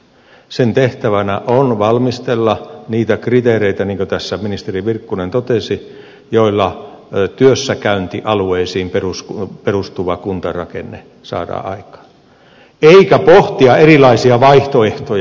sen tehtävänä on valmistella niitä kriteereitä niin kuin tässä ministeri virkkunen totesi joilla työssäkäyntialueisiin perustuva kuntarakenne saadaan aikaan eikä pohtia erilaisia vaihtoehtoja